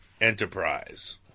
enterprise